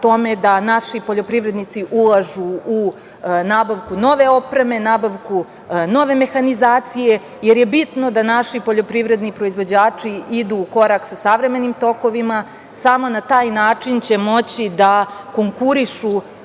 tome da naši poljoprivrednici ulažu u nabavku nove opreme, nabavku nove mehanizacije, jer je bitno da naši poljoprivredni proizvođači idu u korak sa savremenim tokovima. Samo na taj način će moći da konkurišu